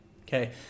Okay